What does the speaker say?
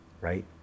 right